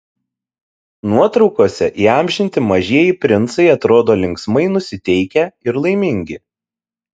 nuotraukose įamžinti mažieji princai atrodo linksmai nusiteikę ir laimingi